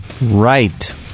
Right